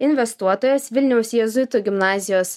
investuotojas vilniaus jėzuitų gimnazijos